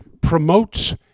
promotes